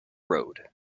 road